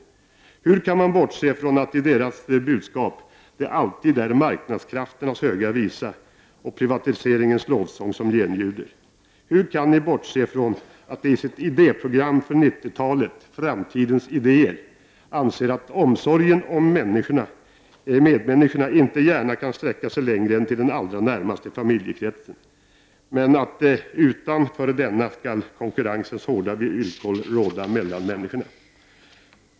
Hur kan ni bortse från att i deras budskap är det alltid marknadskrafternas höga visa och privatiseringens lovsång som genljuder? Hur kan ni bortse från att de i sitt idéprogram för 90-talet ”Framtidens idéer” anser att omsorgen om medmänniskor inte gärna kan sträcka sig längre än till den allra närmaste familjekretsen, men att utanför denna skall konkurrensens hårda villkor råda mellan människor?